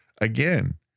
again